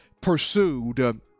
pursued